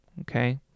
Okay